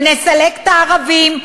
ונסלק את הערבים.